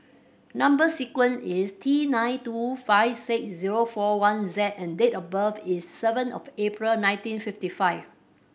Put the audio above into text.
number sequence is T nine two five six zero four one Z and date of birth is seven of April nineteen fifty five